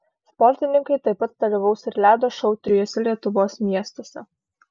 sportininkai taip pat dalyvaus ir ledo šou trijuose lietuvos miestuose